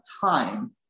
time